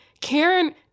Karen